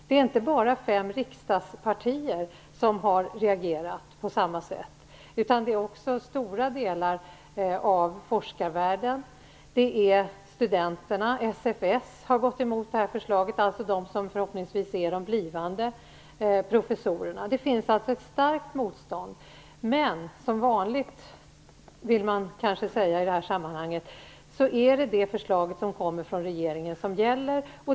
Det är inte bara fem riksdagspartier som har reagerat på samma sätt, utan det har också stora delar av forskarvärlden gjort, och studenterna, SFS, alltså de som förhoppningsvis är de blivande professorerna, har gått emot det här förslaget. Det finns alltså ett starkt motstånd, men som vanligt - vill man kanske säga i det här sammanhanget - är det förslaget från regeringen som gäller.